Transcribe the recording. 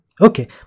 Okay